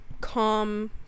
calm